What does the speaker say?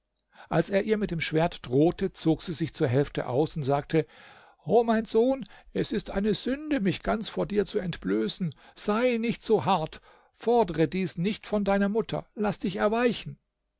als er ihr mit dem schwert drohte zog sie sich zur hälfte aus und sagte o mein sohn es ist eine sünde mich ganz vor dir zu entblößen sei nicht so hart fordere dies nicht von deiner mutter laß dich erweichen